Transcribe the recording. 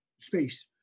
space